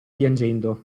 piangendo